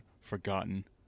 forgotten